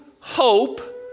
hope